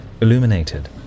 illuminated